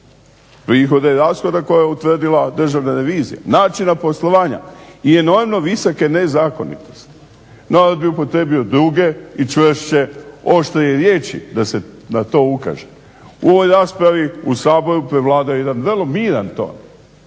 prihoda i rashoda koje je utvrdila Državna revizija, načina poslovanja i enormno visoke nezakonitosti. Narod bi upotrebio druge i čvršće i oštrije riječi, da se na to ukaže. U ovoj raspravi u Saboru prevladava jedan vrlo miran ton,